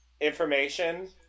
information